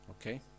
Okay